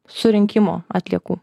surinkimo atliekų